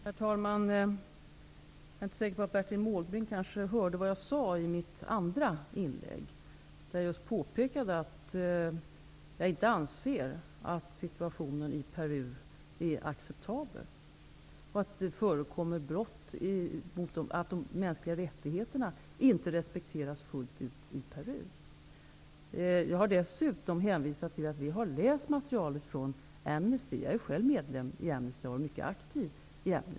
Herr talman! Jag är inte säker på att Bertil Måbrink hörde vad jag sade i mitt andra inlägg. Jag påpekade att jag inte anser att situationen i Peru är acceptabel. De mänskliga rättigheterna respekteras inte fullt ut i Peru. Jag har dessutom hänvisat till att vi har läst materialet från Amnesty. Jag är själv medlem i Amnesty och mycket aktiv.